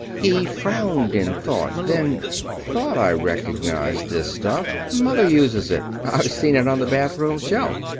he frowned in thought. then thought i recognized this stuff. mother uses it. i've seen it on the bathroom shelf.